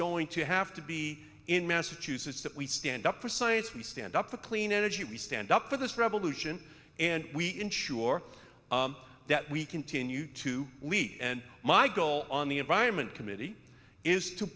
going to have to be in massachusetts that we stand up for science we stand up for clean energy we stand up for this revolution and we ensure that we continue to we my goal on the environment committee is t